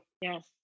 yes